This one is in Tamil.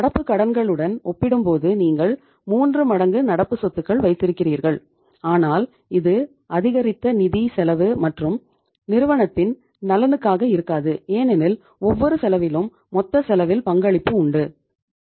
நடப்பு கடன்களுடன் ஒப்பிடும்போது நீங்கள் 3 மடங்கு நடப்பு சொத்துகள் வைத்திருக்கிறீர்கள் ஆனால் இது அதிகரித்த நிதி செலவு மற்றும் நிறுவனத்தின் நலனுக்காக இருக்காது ஏனெனில் ஒவ்வொரு செலவிலும் மொத்த செலவில் பங்களிப்பு உள்ளது